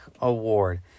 Award